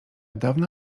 dawna